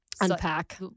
unpack